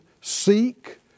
Seek